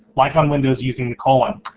like on windows using the colon.